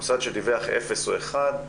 מוסד שדיווח אפס או אחד,